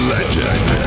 Legend